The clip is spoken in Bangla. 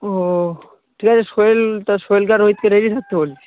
ওহ্ ঠিক আছে সোহেল তা সোহেলকে আর রোহিতকে রেডি থাকতে বলিস